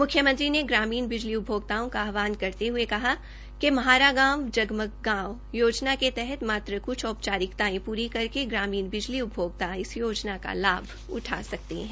मुख्यमंत्री ने ग्रामीण बिजली उपभोक्ताओं का आहवान करते हुए कहा कि म्हारा गांव जगमग गांव योजना के तहत मात्र कुछ औपचारिकताएं पूरी करके ग्रामीण बिजली उपभोक्ता इस योजना का लाभ उठा सकते हैं